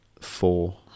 Four